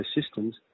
systems